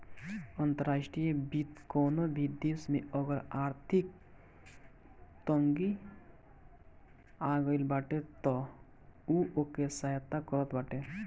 अंतर्राष्ट्रीय वित्त कवनो भी देस में अगर आर्थिक तंगी आगईल बाटे तअ उ ओके सहायता करत बाटे